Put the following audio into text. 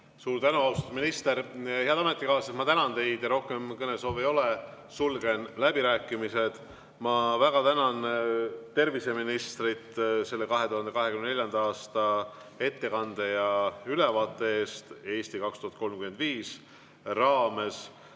Suur tänu, austatud minister! Head ametikaaslased, ma tänan teid. Rohkem kõnesoove ei ole, sulgen läbirääkimised. Ma väga tänan terviseministrit selle 2024. aasta ettekande ja ülevaate eest "Eesti 2035" raames.